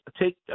Take